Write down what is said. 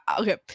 Okay